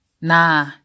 Nah